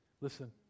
Listen